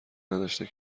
نداشته